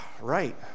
Right